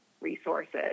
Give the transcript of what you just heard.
resources